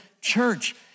church